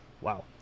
wow